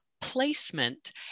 placement